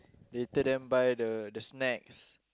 later then buy the the snacks